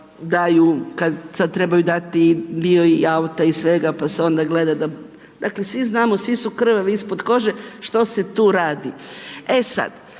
daju, kad trebaju dati i dio i auta i svega pa se onda gleda da… Dakle, svi znamo, svi su krvavi ispod kože, što se tu radi. E sad,